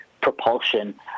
propulsion